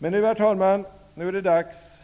Men nu, herr talman, är det snart dags